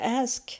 ask